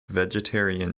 vegetarian